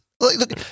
Look